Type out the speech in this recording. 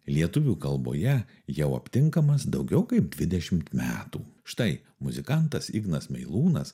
lietuvių kalboje jau aptinkamas daugiau kaip dvidešimt metų štai muzikantas ignas meilūnas